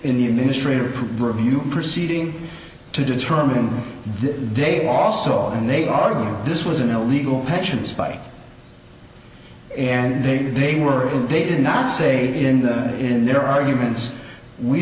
review proceeding to determine they also and they are on this was an illegal pension spike and they knew they were they did not say in the in their arguments we